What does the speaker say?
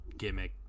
gimmick